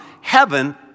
heaven